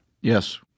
Yes